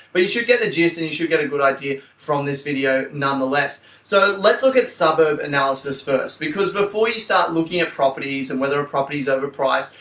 but you should get a gist, and you should get a good idea from this video nonetheless. so let's look at suburb analysis first because before you start looking at properties and whether a property's overpriced,